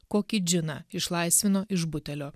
kokį džiną išlaisvino iš butelio